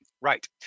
Right